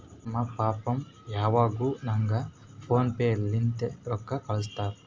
ನಮ್ ಪಪ್ಪಾ ಯಾವಾಗ್ನು ನಂಗ್ ಫೋನ್ ಪೇ ಲಿಂತೆ ರೊಕ್ಕಾ ಕಳ್ಸುತ್ತಾರ್